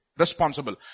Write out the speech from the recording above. responsible